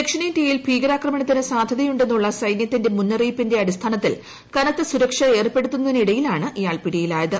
ദക്ഷിണേന്ത്യയിൽ ഭീകരാക്രമണത്തിന് സാധ്യതയുണ്ടെന്നുള്ള സൈനൃത്തിന്റെ മുന്നറിയിപ്പിന്റെ അടിസ്ഥാനത്തിൽ കനത്ത സുരക്ഷ ഏർപ്പെടുത്തുന്നതിനിടയിലാണ് ഇയാൾ പിടിയിലായത്